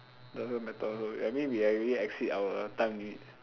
doesn't matter also I mean we have already exceed our time limit